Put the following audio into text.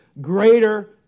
greater